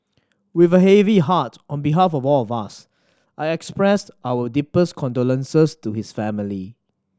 with a heavy heart on behalf of all of us I expressed our deepest condolences to his family